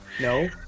No